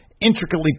intricately